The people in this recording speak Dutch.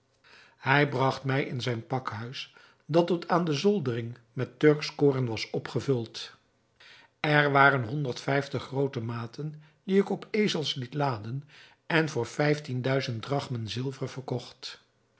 hij bragt mij in zijn pakhuis dat tot aan de zoldering met turksch koren was opgevuld er waren honderd vijftig groote maten die ik op ezels liet laden en voor vijftien duizend drachmen zilver verkocht